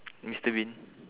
mister bean